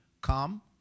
Come